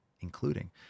including